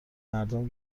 مردم